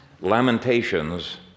Lamentations